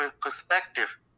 perspective